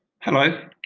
Hello